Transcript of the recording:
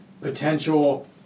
potential